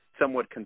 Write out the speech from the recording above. somewhat